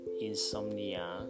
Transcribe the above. insomnia